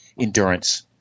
endurance